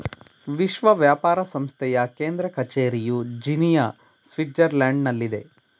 ವಿಶ್ವ ವ್ಯಾಪಾರ ಸಂಸ್ಥೆಯ ಕೇಂದ್ರ ಕಚೇರಿಯು ಜಿನಿಯಾ, ಸ್ವಿಟ್ಜರ್ಲ್ಯಾಂಡ್ನಲ್ಲಿದೆ